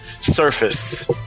surface